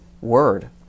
word